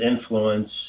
influence